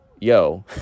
yo